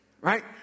right